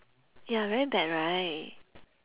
ya very bad right